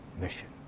mission